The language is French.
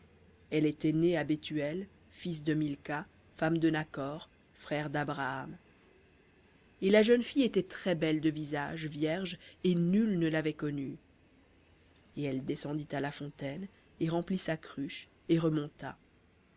elle était née à bethuel fils de milca femme de nakhor frère dabraham et la jeune fille était très-belle de visage vierge et nul ne l'avait connue et elle descendit à la fontaine et remplit sa cruche et remonta